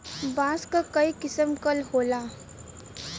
बांस क कई किसम क होला